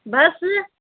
ਬਸ